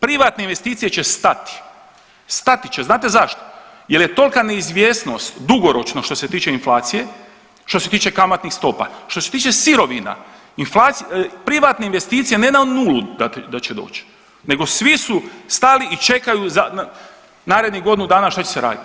Privatne investicije će stati, stati će, znate zašto, jel je tolka neizvjesnost dugoročno što se tiče inflacije, što se tiče kamatnih stopa, što se tiče sirovina privatne investicije ne na nulu da će doć nego svi su stali i čekaju narednih godinu dana šta će se raditi.